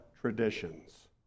traditions